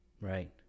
right